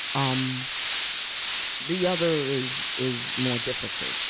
um the other is is more difficult,